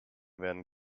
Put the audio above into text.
werden